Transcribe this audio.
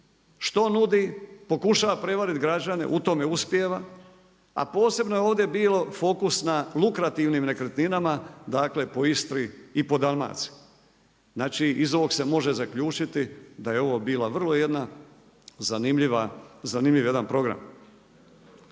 što nudi, pokušava prevariti građane, u tome uspijeva. A posebno je ovdje bilo fokus na lukrativnim nekretninama, dakle po Istri i po Dalmaciji. Znači iz ovog se može zaključiti da je ovo bila vrlo jedna zanimljiva, zanimljiv jedan program.